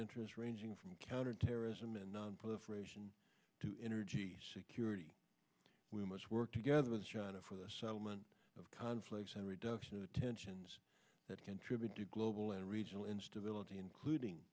interest ranging from counterterrorism and nonproliferation to energy security we must work together with china for the settlement of conflicts and reduction of the tensions that contribute to global and regional instability including